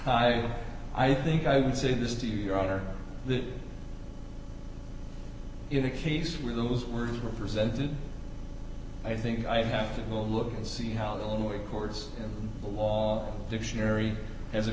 and i think i would say this to you your honor in a case where those words were presented i think i'd have to go look and see how the lower courts the law dictionary as